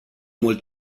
mult